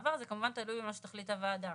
המעבר וזה כמובן תלוי במה שתחליט הוועדה.